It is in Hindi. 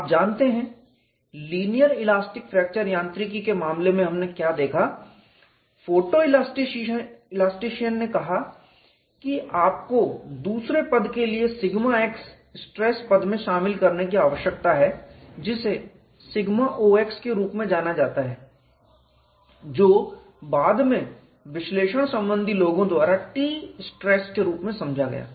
आप जानते हैं लीनियर इलास्टिक फ्रैक्चर यांत्रिकी के मामले में हमने क्या देखा फोटोइलास्टीशियन ने कहा कि आपको दूसरे पद के लिए σx स्ट्रेस पद में शामिल करने की आवश्यकता है जिसे σ0x के रूप में जाना जाता है जो बाद में विश्लेषण सम्बन्धी लोगों द्वारा T स्ट्रेस के रूप में समझा गया